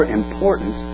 important